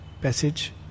passage